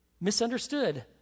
misunderstood